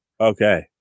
Okay